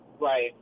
Right